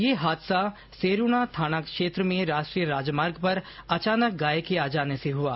ये हादसा सेरूणा थाना क्षेत्र में राष्ट्रीय राजमार्ग पर अचानक गाय के आ जाने से हुआ